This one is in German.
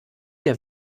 der